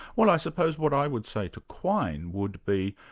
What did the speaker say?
well i suppose what i would say to quine would be,